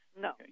No